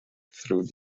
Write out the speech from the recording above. through